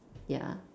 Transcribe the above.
ya